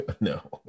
no